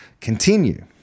continue